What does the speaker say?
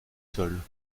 seule